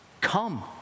Come